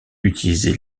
utilisé